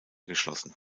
geschlossen